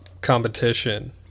competition